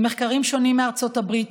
במחקרים שונים מארצות הברית,